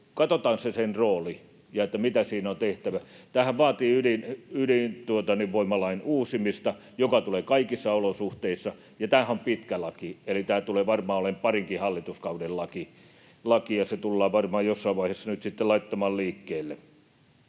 katsotaan se sen rooli ja että mitä siinä on tehtävä. Tämähän vaatii ydinvoimalain uusimista, joka tulee kaikissa olosuhteissa, ja tämähän on pitkä laki, eli tämä tulee varmaan olemaan parinkin hallituskauden laki, ja se tullaan varmaan jossain vaiheessa nyt sitten laittamaan liikkeelle.